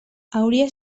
hauria